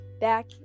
back